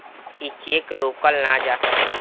ई चेक रोकल ना जा सकेला